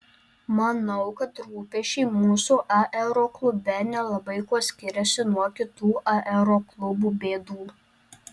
manau kad rūpesčiai mūsų aeroklube nelabai kuo skiriasi nuo kitų aeroklubų bėdų